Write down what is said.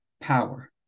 power